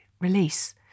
release